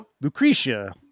Lucretia